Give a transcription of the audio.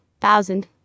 Thousand